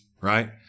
right